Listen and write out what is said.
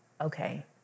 okay